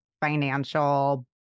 financial